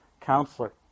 counselor